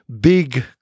big